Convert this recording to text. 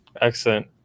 excellent